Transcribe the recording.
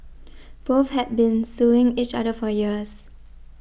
both had been suing each other for years